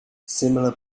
similar